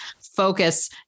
focus